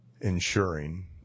Ensuring